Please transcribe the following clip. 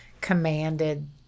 commanded